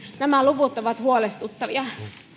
nämä luvut ovat huolestuttavia